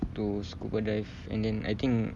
to scuba dive and then I think